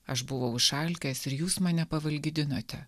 aš buvau išalkęs ir jūs mane pavalgydinote